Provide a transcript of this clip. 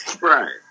Right